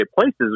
places